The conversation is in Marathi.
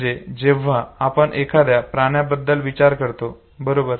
म्हणजे जेव्हा आपण एखाद्या प्राण्याबद्दल विचार करतो बरोबर